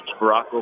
Barack